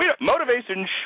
Motivation